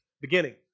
Beginning